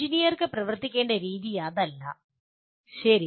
എഞ്ചിനീയർക്ക് പ്രവർത്തിക്കേണ്ട രീതി അതല്ല ശരി